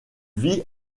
vit